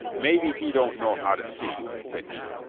maybe he don't know how to see, said he,